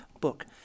book